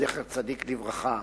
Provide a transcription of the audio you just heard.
זכר צדיק לברכה,